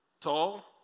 tall